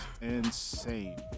insane